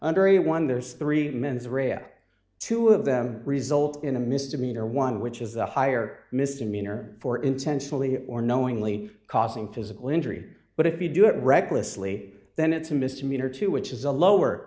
a one there's three minutes re act two of them result in a misdemeanor one which is a higher misdemeanor for intentionally or knowingly causing physical injury but if you do it recklessly then it's a misdemeanor to which is a lower